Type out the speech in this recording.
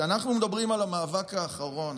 כשאנחנו מדברים על המאבק האחרון,